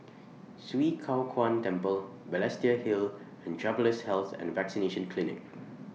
Swee Kow Kuan Temple Balestier Hill and Travellers' Health and Vaccination Clinic